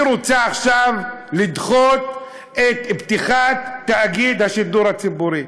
היא רוצה עכשיו לדחות את פתיחת תאגיד השידור הציבורי,